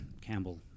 Campbell